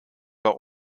war